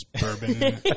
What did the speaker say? bourbon